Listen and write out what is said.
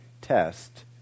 test